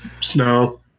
Snow